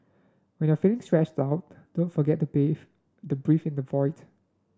when you are feeling stressed out don't forget the base the breathe in the void